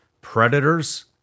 predators